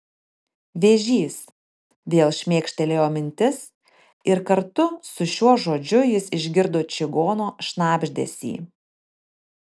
vėžys vėl šmėkštelėjo mintis ir kartu su šiuo žodžiu jis išgirdo čigono šnabždesį